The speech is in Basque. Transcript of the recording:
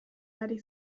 ari